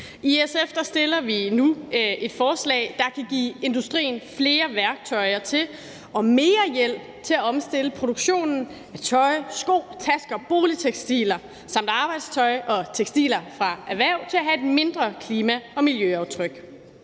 I SF har vi fremsat et forslag, der kan give industrien flere værktøjer til og mere hjælp til at omstille produktionen af tøj, sko, tasker, boligtekstiler samt arbejdstøj og tekstiler fra erhverv til at have et mindre klima- og miljøaftryk.